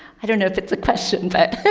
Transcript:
i don't know if it's a question but.